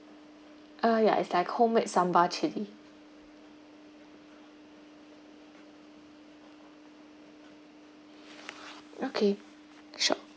uh yeah it's like homemade sambal chili okay sure